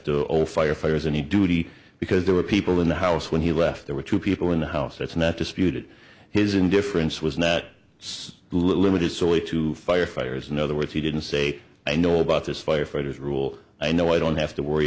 to own firefighters any duty because there were people in the house when he left there were two people in the house that's not disputed his indifference was nat says the limit is solely to fire fires in other words he didn't say i know about this firefighters rule i know i don't have to worry